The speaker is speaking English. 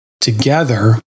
together